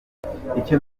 icyo